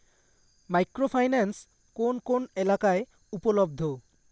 Micro finance কোন কোন এলাকায় উপলব্ধ?